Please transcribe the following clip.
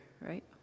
right